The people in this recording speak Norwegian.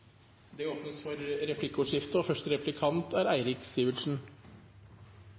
Det åpnes for replikkordskifte.